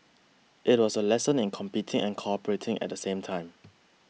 it was a lesson in competing and cooperating at the same time